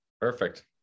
Perfect